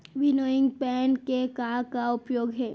Winnowing fan के का का उपयोग हे?